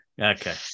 Okay